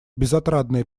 безотрадная